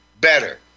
better